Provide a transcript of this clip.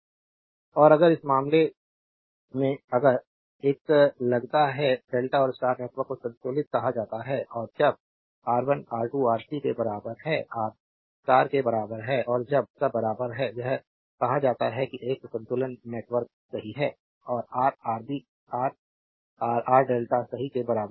slide समय देखें 1950 और अगर इस मामले में अगर एक लगता है डेल्टा और स्टार नेटवर्क को संतुलित कहा जाता है और जब R1 R2 R3 के बराबर है आर स्टार के बराबर है और जब सब बराबर है यह कहा जाता है एक संतुलन नेटवर्क सही है और रा RB R R R R delta सही के बराबर है